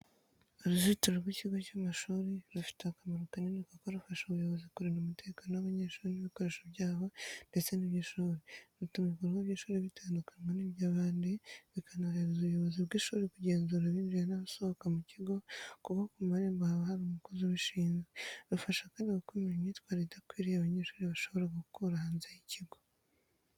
Uruzitiro rw’ikigo cy’amashuri rufite akamaro kanini kuko rufasha ubuyobozi kurinda umutekano w’abanyeshuri n’ibikoresho byabo ndetse n’iby’ishuri, rutuma ibikorwa by’ishuri bitandukanywa n’iby’abandi, bikanorohereza ubuyobozi bw'ishuri kugenzura abinjira n’abasohoka mu kigo kuko ku marembo haba hari umukozi ubishinzwe. Rufasha kandi gukumira imyitwarire idakwiriye abanyeshuri bashobora gukura hanze y’ikigo.